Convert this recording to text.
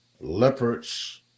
leopards